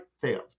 theft